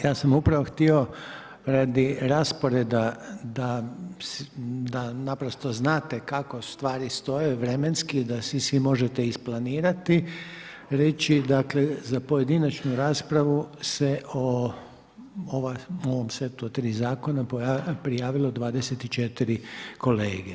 Ja sam upravo htio radi rasporeda, na naprosto znate kako stvari stoje, vremenski, da si svi možete isplanirati, reći, dakle, za pojedinačnu raspravu se o ovom setu od 3 zakona prijavilo 24 kolege.